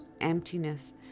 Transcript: emptiness